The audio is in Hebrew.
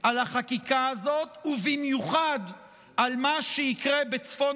על החקיקה הזאת ובמיוחד על מה שיקרה בצפון